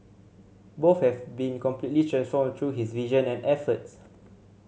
both have been completely transformed through his vision and efforts